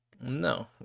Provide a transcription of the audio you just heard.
No